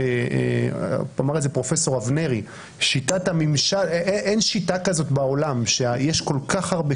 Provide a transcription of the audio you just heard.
אמר פרופ' אבנרי שאין שיטה כזו בעולם שבה יש כל כך הרבה